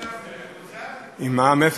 תודה רבה,